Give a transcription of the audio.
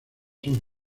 son